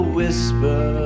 whisper